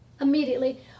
immediately